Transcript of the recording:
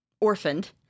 orphaned